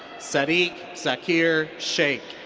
sadiq zakir shaikh.